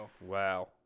Wow